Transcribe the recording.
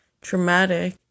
traumatic